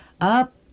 up